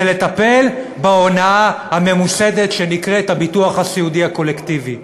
זה לטפל בהונאה הממוסדת שנקראת "הביטוח הסיעודי הקולקטיבי".